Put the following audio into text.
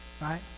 right